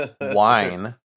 wine